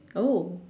oh